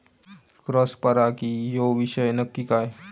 Cross परागी ह्यो विषय नक्की काय?